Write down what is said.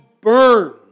burn